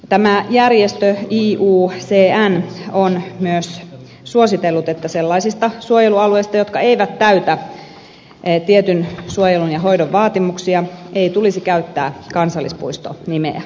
tämä järjestö iucn on myös suositellut että sellaisista suojelualueista jotka eivät täytä tietyn suojelun ja hoidon vaatimuksia ei tulisi käyttää kansallispuisto nimeä